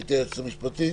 גברת היועצת המשפטית?